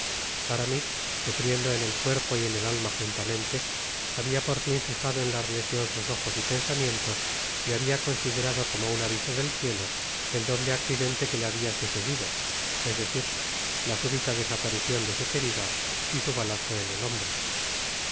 aramis sufriendo en el cuerpo y en el alma juntamente habia por in fijado en la religion sus ojos y pensamientos y habia considerado como un aviso del cielo el doble accidente que le habia sucedido es decir la súbita desaparicionde su querida y su balazo en el hombro